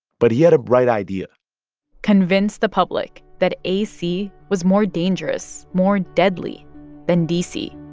but he had a bright idea convince the public that ac was more dangerous, more deadly than dc.